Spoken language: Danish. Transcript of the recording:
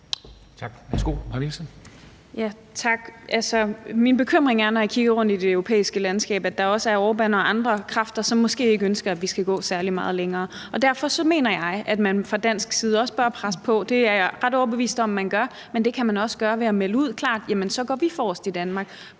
Min bekymring er, når jeg kigger rundt i det europæiske landskab, at der også er Orbán og andre kræfter, som måske ikke ønsker, at vi skal gå særlig meget længere. Derfor mener jeg, at man fra dansk side bør presse på; det er jeg ret overbevist om man gør, men det kan man også gøre ved at melde klart ud, at så går vi forrest i Danmark,